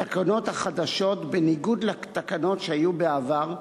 התקנות החדשות, בניגוד לתקנות שהיו בעבר,